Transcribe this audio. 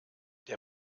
der